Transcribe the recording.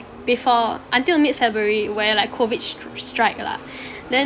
before until mid february where like COVID s~ strike lah then